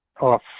off